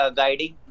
guiding